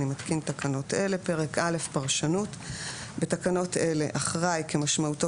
אני מתקין תקנות אלה: הגדרות בתקנות אלה "אחראי" כמשמעותו